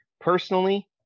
Personally